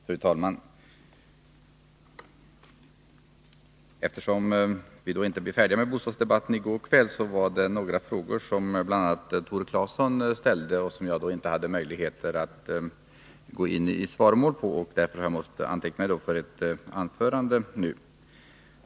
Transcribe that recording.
Fru talman! Eftersom vi inte blev färdiga med bostadsdebatten i går kväll var det några frågor från bl.a. Tore Claeson som jag inte hade möjlighet att svara på. Därför har jag måst anteckna mig på talarlistan för ett anförande i dag.